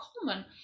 common